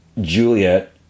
Juliet